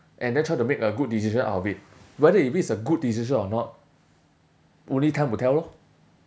and then try to make a good decision out of it whether if it's a good decision or not only time will tell lor